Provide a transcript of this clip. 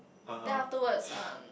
then afterwards um